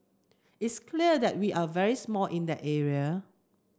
it's clear that we are very small in that area